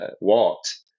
walked